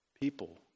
people